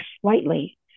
slightly